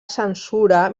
censura